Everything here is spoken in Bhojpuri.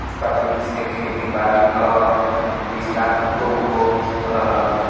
तकनीक से खेतीबारी क विस्तार खूब हो रहल बा